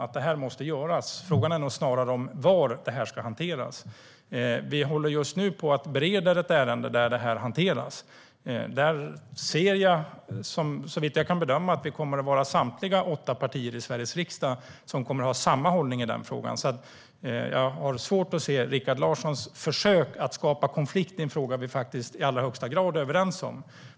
Detta måste göras. Frågan är nog snarare om var detta ska hanteras. Vi håller just nu på att bereda ett ärende där det här hanteras. Där ser jag, såvitt jag kan bedöma, att Sveriges riksdags samtliga åtta partier kommer att ha samma hållning i den frågan. Jag har svårt att förstå Rikard Larssons försök att skapa konflikt i en fråga vi faktiskt i allra högsta grad är överens om.